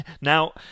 Now